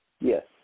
Yes